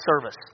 service